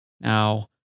Now